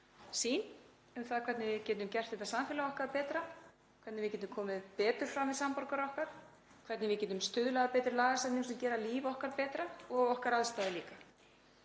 sýn á það hvernig við getum gert samfélag okkar betra, hvernig við getum komið betur fram við samborgara okkar, hvernig við getum stuðlað að betri lagasetningu sem gerir líf okkar betra og aðstæður okkar